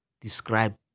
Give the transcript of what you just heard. describe